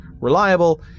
reliable